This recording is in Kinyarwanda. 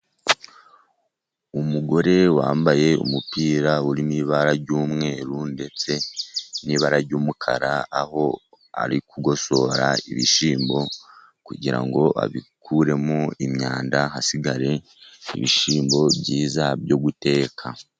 Umugore wambaye umupira uri mu ibara ry'umweru ndetse n'ibara ry'umukara, aho ari kugosora ibishyimbo, kugira ngo abikuremo imyanda, hasigare ibishyimbo byiza byo guteka.